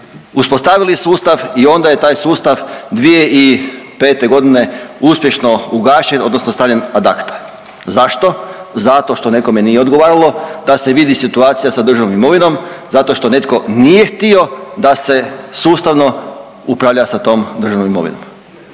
uspostavili sustav i onda je taj sustav 2005. g. uspješno ugašen, odnosno stavljen ad acta. Zašto? Zato što nekome nije odgovaralo da se vidi situacija sa državnom imovinom zato što netko nije htio da se sustavno upravlja sa tom državnom imovinom